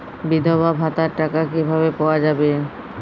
বিধবা ভাতার টাকা কিভাবে পাওয়া যাবে?